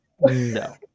no